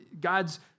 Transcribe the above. God's